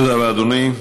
תודה רבה, אדוני.